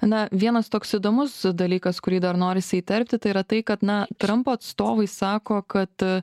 na vienas toks įdomus dalykas kurį dar norisi įtarti tai yra tai kad na trampo atstovai sako kad